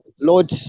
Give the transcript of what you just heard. Lord